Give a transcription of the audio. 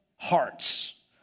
hearts